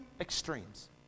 extremes